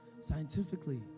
Scientifically